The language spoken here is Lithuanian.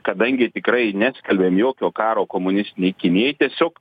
kadangi tikrai neskelbėm jokio karo komunistinei kinijai tiesiog